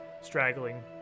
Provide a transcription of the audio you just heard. straggling